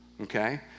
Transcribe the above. Okay